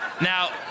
Now